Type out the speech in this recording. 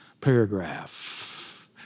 paragraph